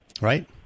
right